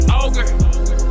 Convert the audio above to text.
ogre